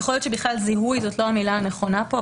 יכול להיות שבכלל 'זיהוי' זאת לא המילה הנכונה פה.